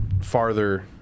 farther